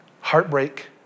heartbreak